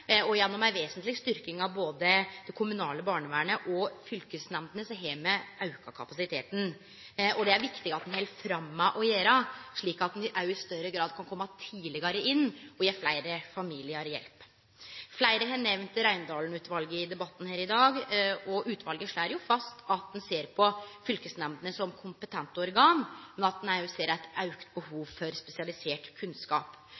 og gjennom ei vesentleg styrking både av det kommunale barnevernet og av fylkesnemndene har me auka kapasiteten. Det er det viktig at me held fram med å gjere, slik at me i større grad kan kome tidlegare inn og gje fleire familiar hjelp. Fleire har nemnt Raundalen-utvalet i debatten her i dag, og utvalet slår jo fast at ein ser på fylkesnemndene som kompetente organ, men at ein òg ser eit auka behov for spesialisert kunnskap.